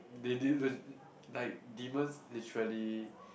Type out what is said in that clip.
they de~ le~ like demons literally